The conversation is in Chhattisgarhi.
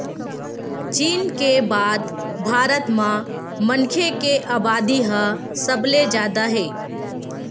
चीन के बाद भारत म मनखे के अबादी ह सबले जादा हे